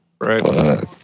right